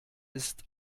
ist